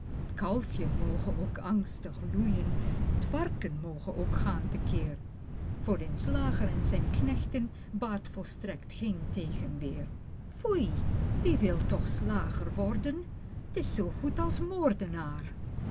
kalfje moge ook angstig loeien t varken moge ook gaan te keer voor den slager en zijn knechten baat volstrekt geen tegenweer foei wie wil toch slager worden t is zoo goed als moordenaar